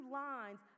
lines